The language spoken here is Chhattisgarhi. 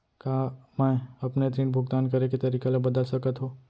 का मैं अपने ऋण भुगतान करे के तारीक ल बदल सकत हो?